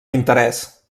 interès